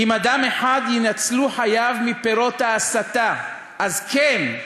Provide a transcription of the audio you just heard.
אם אדם אחד יינצלו חייו מפירות ההסתה, אז כן.